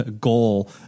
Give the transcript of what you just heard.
goal